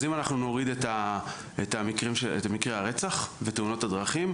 אז אם אנחנו נוריד את המקרים של מקרי הרצח ותאונות הרצח,